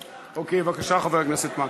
בבקשה, חבר הכנסת מקלב.